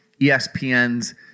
ESPN's